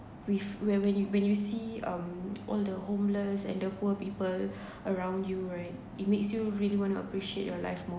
with where when you when you see um all the homeless and the poor people around you right it makes you really want to appreciate your life more